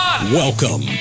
Welcome